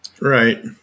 right